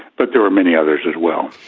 but there were many others as well.